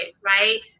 right